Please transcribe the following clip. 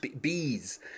Bees